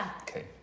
Okay